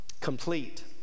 Complete